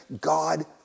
God